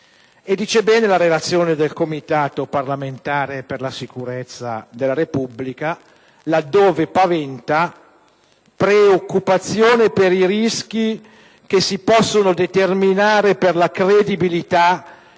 Dice bene la relazione del Comitato parlamentare per la sicurezza della Repubblica, laddove paventa preoccupazione per i rischi che si possono determinare per la credibilità